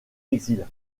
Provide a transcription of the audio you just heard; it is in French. exil